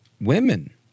women